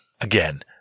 again